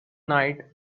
night